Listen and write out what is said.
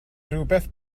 rywbeth